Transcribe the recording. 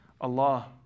Allah